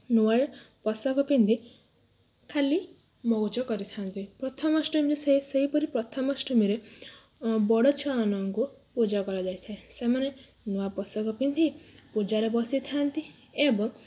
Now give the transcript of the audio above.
ନୂଆ ପୋଷାକ ପିନ୍ଧି ଖାଲି ମଉଜ କରିଥାନ୍ତି ପ୍ରଥମାଷ୍ଟମୀରେ ସେ ସେହିପରି ପ୍ରଥମାଷ୍ଟମୀରେ ବଡ଼ ଛୁଆ ମାନଙ୍କୁ ପୂଜା କରାଯାଇଥାଏ ସେମାନେ ନୂଆ ପୋଷାକ ପିନ୍ଧି ପୂଜାରେ ବସିଥାନ୍ତି ଏବଂ